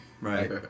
right